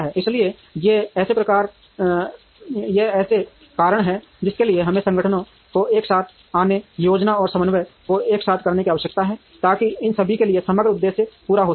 इसलिए ये ऐसे कारण हैं जिनके लिए हमें संगठनों को एक साथ आने योजना और समन्वय को एक साथ करने की आवश्यकता है ताकि इन सभी के लिए समग्र उद्देश्य पूरा हो सके